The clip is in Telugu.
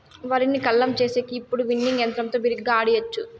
వరిని కల్లం చేసేకి ఇప్పుడు విన్నింగ్ యంత్రంతో బిరిగ్గా ఆడియచ్చు